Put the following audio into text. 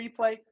replay